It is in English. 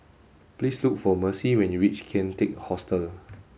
please look for Mercy when you reach Kian Teck Hostel